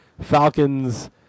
Falcons